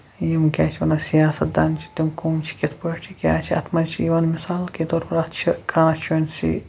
یِم کیٛاہ چھِ اتھ وَنان سَیاست دان تِم کم چھِ کِتھ پٲٹھۍ چھِ کیٛاہ چھِ اَتھ منٛز چھِ یِوان مِثال کہِ طور پَر اَتھ چھِ کانسچُونسی